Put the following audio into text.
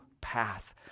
path